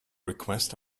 request